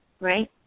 Right